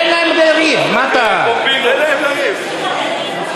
תן להם לריב,) תן להם לריב,